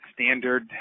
standard